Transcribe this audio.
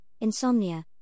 insomnia